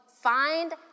find